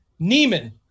Neiman